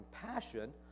compassion